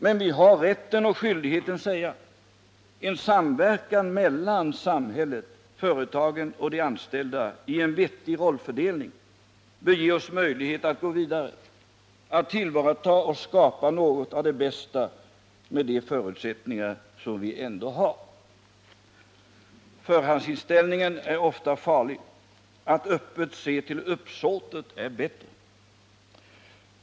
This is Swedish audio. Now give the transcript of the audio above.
Men vi har rätten och skyldigheten att säga: En samverkan mellan samhället, företagen och de anställda i en vettig rollfördelning bör ge oss möjlighet att gå vidare, att tillvarata och skapa något av det bästa med de förutsättningar som vi ändå har. Förhandsinställningen är ofta farlig, att öppet se till uppsåtet är bättre.